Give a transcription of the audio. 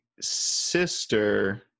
sister